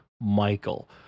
Michael